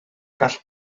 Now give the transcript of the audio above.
gall